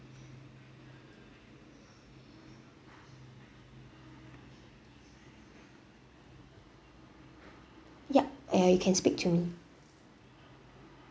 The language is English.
yup and you can speak to me